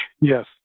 Yes